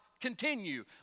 continue